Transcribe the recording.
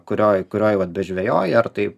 kurioj kurioj vat bežvejoji